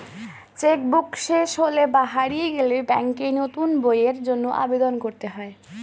check book শেষ হলে বা হারিয়ে গেলে ব্যাঙ্কে নতুন বইয়ের জন্য আবেদন করতে হয়